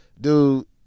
Dude